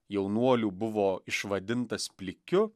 jaunuolių buvo išvadintas plikiu